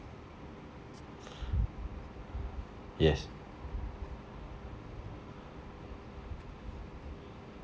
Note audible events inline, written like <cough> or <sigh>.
<breath> yes